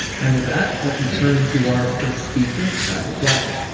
and with that, let me turn to our first speaker, pat laplatney.